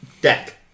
Deck